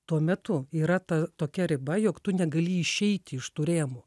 tuo metu yra ta tokia riba jog tu negali išeiti iš tų rėmų